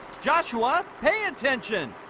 joshua pay attention